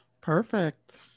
perfect